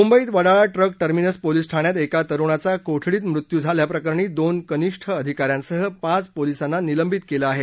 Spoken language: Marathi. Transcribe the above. मुंबईत वडाळा ट्रक टर्मिनस पोलिस ठाण्यात एका तरुणाचा कोठडीत मृत्यू झाल्याप्रकरणी दोन कनिष्ठ अधिका यासह पाच पोलिसांना निलंबित करण्यात आलं आहे